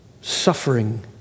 Suffering